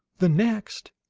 the next,